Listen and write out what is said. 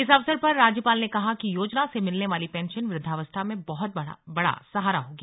इस अवसर पर राज्यपाल ने कहा कि योजना से मिलने वाली पेंशन वुद्वावस्था में बहत बड़ा सहारा होगी